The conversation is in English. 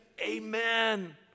amen